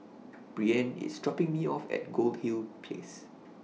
Breann IS dropping Me off At Goldhill Place